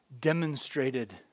demonstrated